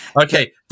Okay